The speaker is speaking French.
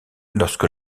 lorsque